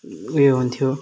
ऊ यो हुन्थ्यो